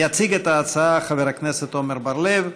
יציג את ההצעה חבר הכנסת עמר בר-לב.